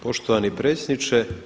Poštovani predsjedniče.